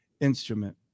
instrument